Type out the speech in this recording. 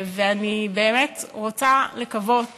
אני באמת רוצה לקוות